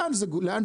לאן זה מוביל?